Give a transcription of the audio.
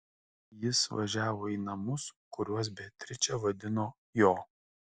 jis važiavo į namus kuriuos beatričė vadino jo